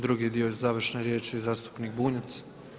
Drugi dio završne riječi zastupnik Bunjac.